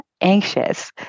anxious